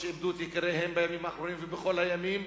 שאיבדו את יקיריהן בימים האחרונים ובכל הימים,